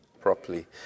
properly